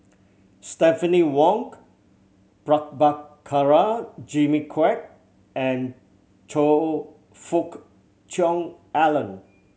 Stephanie Jimmy Quek and Choe Fook Cheong Alan